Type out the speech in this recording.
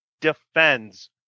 defends